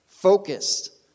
Focused